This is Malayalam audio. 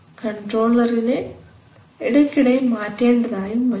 കൺട്രോളർനെ ഇടയ്ക്കിടെ മാറ്റേണ്ടതായി വരും